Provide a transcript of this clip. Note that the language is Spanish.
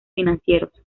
financieros